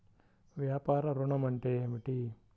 వ్యాపార ఋణం అంటే ఏమిటి?